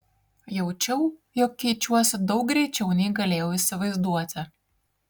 jaučiau jog keičiuosi daug greičiau nei galėjau įsivaizduoti